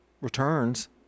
returns